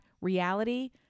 reality